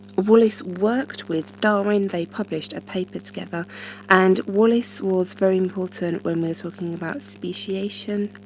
wallace worked with darwin, they published a paper together and wallace was very important when were talking about speciation